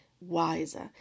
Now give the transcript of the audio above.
wiser